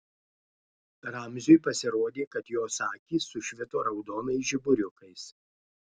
ramziui pasirodė kad jos akys sušvito raudonais žiburiukais